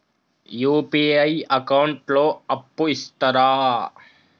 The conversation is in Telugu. యూ.పీ.ఐ అకౌంట్ లో అప్పు ఇస్తరా?